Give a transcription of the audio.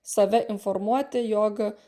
save informuoti jog